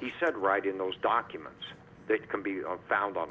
he said right in those documents that can be found on